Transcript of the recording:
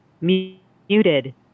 Muted